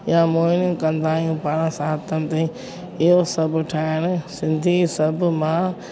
या मोइणियूं कंदा आहियूं पाणि सातम ते इहो सभु ठाहिण सिंधी सभु मां